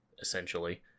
essentially